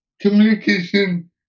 communication